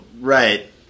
right